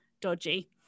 dodgy